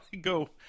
go